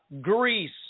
Greece